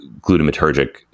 glutamatergic